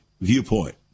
viewpoint